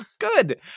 Good